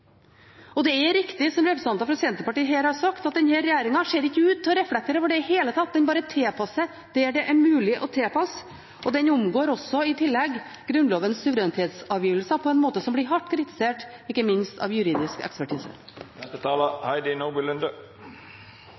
Og det er riktig, som representanter fra Senterpartiet har sagt her, at denne regjeringen ikke ser ut til å reflektere over dette i det hele tatt. Den bare tilpasser der det er mulig å tilpasse, og den omgår i tillegg også Grunnlovens suverenitetsavgjørelser på en måte som blir hardt kritisert, ikke minst av juridisk ekspertise.